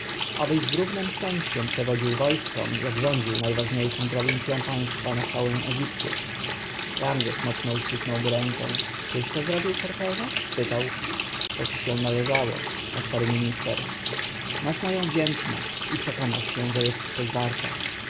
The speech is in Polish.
równem szczęściem przewodził wojskom jak rządził najważniejszą prowincją państwa na chwałę egiptu ramzes mocno uścisnął mu rękę tyś to zrobił herhorze spytał to ci się należało odparł minister masz moją wdzięczność i przekonasz się że jest coś warta